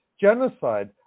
genocide